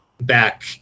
back